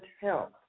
help